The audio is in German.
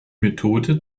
methode